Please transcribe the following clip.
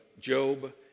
Job